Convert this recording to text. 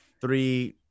three